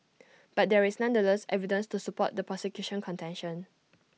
but there is nonetheless evidence to support the prosecution's contention